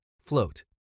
float